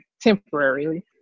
temporarily